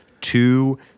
two